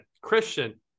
Christian